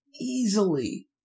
easily